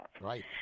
right